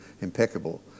impeccable